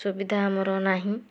ସୁବିଧା ଆମର ନାହିଁ